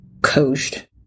coached